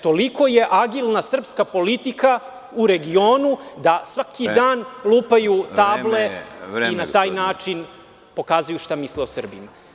Toliko je agilna srpska politika u regionu, da svaki dan lupaju table… (Predsedavajući: Vreme.) … i na taj način pokazuju šta misle o Srbima.